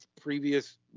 previous